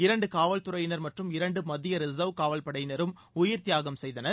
இரண்டு காவல் துறையினர் மற்றும் இரண்டு மத்திய ரிசர்வ் காவல்படையினரும் உயிர்த்தியாகம் செய்தனர்